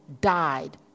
died